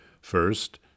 First